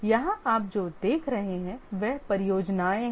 यहां आप जो देख रहे हैं वह परियोजनाएं हैं